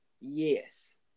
Yes